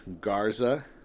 Garza